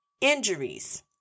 injuries